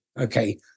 Okay